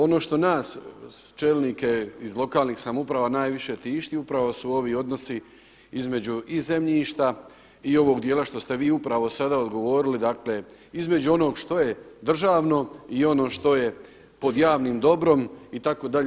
Ono što nas čelnike iz lokalnih samouprava najviše tišti upravo su ovi odnosio između i zemljišta i ovog djela što ste vi upravo sada odgovorili, dakle između onog što je državno i ono što je pod javnim dobrom itd.